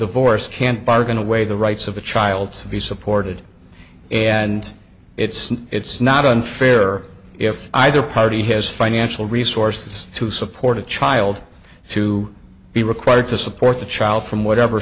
forced can't bargain away the rights of the child so be supported and it's it's not unfair if either party has financial resources to support a child to be required to support the child from whatever